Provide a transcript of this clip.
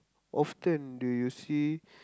often do you see